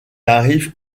arrive